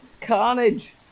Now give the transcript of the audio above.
Carnage